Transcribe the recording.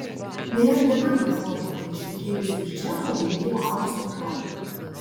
ne jam vienam atrodo kad ištekėjusi už džeko laimėjau aukso puodą